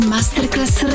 Masterclass